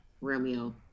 Romeo